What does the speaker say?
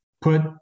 put